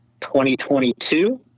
2022